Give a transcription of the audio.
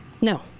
No